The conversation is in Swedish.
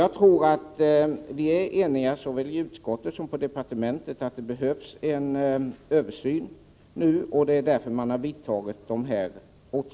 Jag tror att vi är eniga — jag tänker på såväl utskottet som departementet — om att det nu behövs en översyn. Det är därför man har vidtagit åtgärder.